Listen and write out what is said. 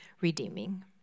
redeeming